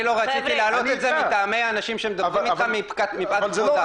אני לא רציתי להעלות את זה מטעמי האנשים שמדברים אתך מפאת כבודם.